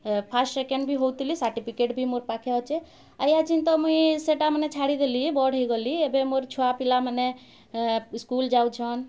first second ବି ହଉଥିଲି certificate ବି ମୋର୍ ପାଖେ ଅଛେ ଆଉ ଏହାଚିନ୍ ତ ମୁଇଁ ସେଟାମାନେ ଛାଡ଼ିଦେଲି ବଡ଼୍ ହେଇଗଲି ଏବେ ମୋର ଛୁଆ ପିଲାମାନେ ସ୍କୁଲ୍ ଯାଉଛନ୍